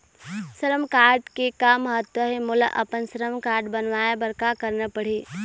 श्रम कारड के का महत्व हे, मोला अपन श्रम कारड बनवाए बार का करना पढ़ही?